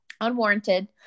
unwarranted